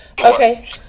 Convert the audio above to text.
okay